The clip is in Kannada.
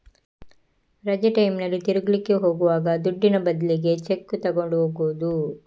ರಜೆ ಟೈಮಿನಲ್ಲಿ ತಿರುಗ್ಲಿಕ್ಕೆ ಹೋಗುವಾಗ ದುಡ್ಡಿನ ಬದ್ಲಿಗೆ ಚೆಕ್ಕು ತಗೊಂಡು ಹೋಗುದು